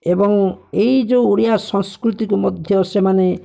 ଏବଂ ଏହି ଯେଉଁ ଓଡ଼ିଆ ସଂସ୍କୃତିକୁ ମଧ୍ୟ ସେମାନେ